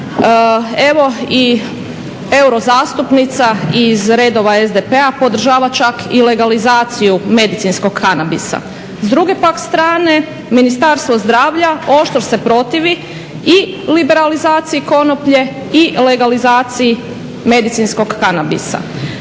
Evo i euro zastupnica iz redova SDP-a podržava čak i legalizaciju medicinskog kanabisa. S druge pak strane Ministarstvo zdravlja oštro se protivi i liberalizaciji konoplje i legalizaciji medicinskog kanabisa.